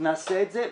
נעשה את זה.